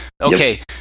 Okay